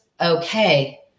okay